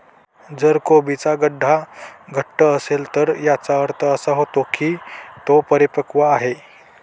जर कोबीचा गड्डा घट्ट असेल तर याचा अर्थ असा होतो की तो परिपक्व आहे